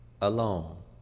alone